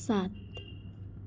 सात